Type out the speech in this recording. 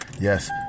Yes